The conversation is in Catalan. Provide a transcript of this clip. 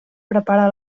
prepara